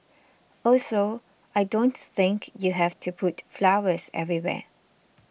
also I don't think you have to put flowers everywhere